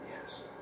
yes